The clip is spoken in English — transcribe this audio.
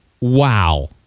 wow